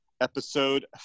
episode